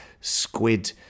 squid